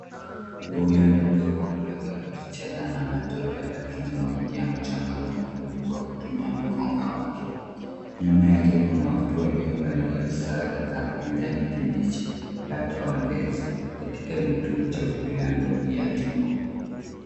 Huyu ni ndovu mdogo akicheza na matope, akijimwagia mchanga mwekundu kwa kutumia mkonga wake. Nyuma yake kuna watu waliovalia sare za kijani kibichi, labda walezi katika kituo cha kulea ndovu yatima.